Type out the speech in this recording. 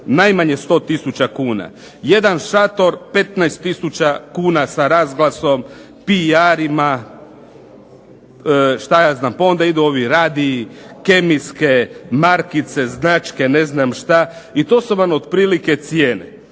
najmanje 100 tisuća kuna. Jedan šator 15 tisuća kuna sa razglasom, PR-ima, pa onda idu ovi radiji, kemijske, markice, značke, ne znam šta i to su vam otprilike cijene.